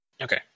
Okay